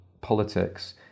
politics